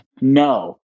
No